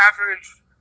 average